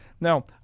Now